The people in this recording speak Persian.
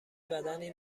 بدنی